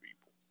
people